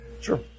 Sure